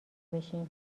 بشیم